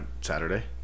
Saturday